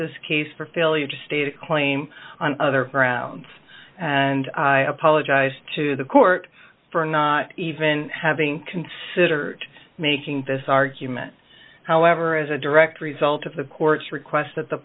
this case for failure to state a claim on other grounds and i apologize to the court for not even having considered making this argument however as a direct result of the court's requests that the